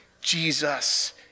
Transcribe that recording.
Jesus